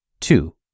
Two